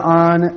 on